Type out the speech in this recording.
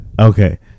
Okay